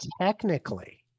Technically